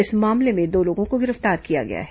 इस मामले में दो लोगों को गिरफ्तार किया गया है